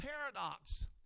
paradox